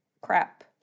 crap